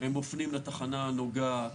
הם מופנים לתחנה הנוגעת,